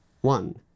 One